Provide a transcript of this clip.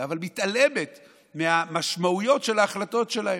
אבל מתעלמת מהמשמעויות של ההחלטות שלהם.